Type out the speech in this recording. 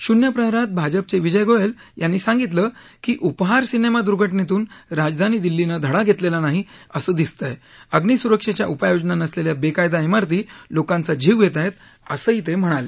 शून्य प्रहरात भाजपचे विजय गोयल यांनी सांगितलं की उपहार सिनेमा दुर्घटनेतून राजधानी दिल्लीनं धडा घेतलेला नाही असं दिसतयं अग्नीसुरक्षेच्या उपाययोजना नसलेल्या बेकायदा इमारती लोकांचा जीव घेतायेत असंही ते म्हणाले